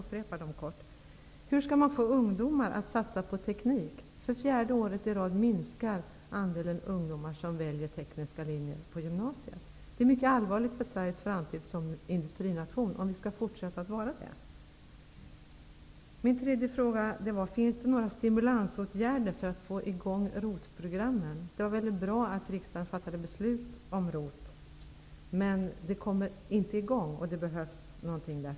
Min andra fråga var: Hur skall man få ungdomar att satsa på teknik? För fjärde året i rad minskar andelen ungdomar som väljer tekniska linjer på gymnasiet. Om Sverige skall fortsätta att vara en industrination är detta förhållande mycket allvarligt. Min tredje fråga var: Finns det några stimulansåtgärder för att få i gång ROT programmen? Det var bra att riksdagen fattade beslut om ROT, men det kommer inte i gång.